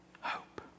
hope